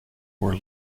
were